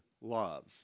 love